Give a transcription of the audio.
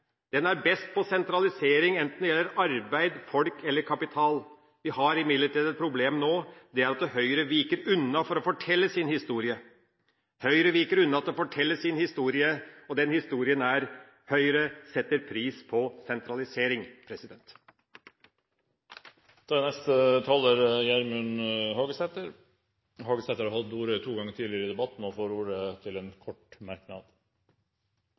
er best på sentralisering enten det gjelder arbeid, folk eller kapital. Vi har imidlertid et problem nå, og det er at Høyre viker unna for å fortelle sin historie. Høyre viker unna for å fortelle sin historie, og den historien er: Høyre setter pris på sentralisering. Representanten Gjermund Hagesæter har hatt ordet to ganger tidligere og får ordet til en kort merknad,